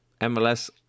mls